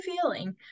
feeling